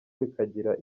bikagira